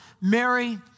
Mary